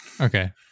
Okay